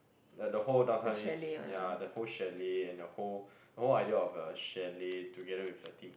like the whole Downtown-East ya the whole chalet and the whole the whole idea of a chalet together with the team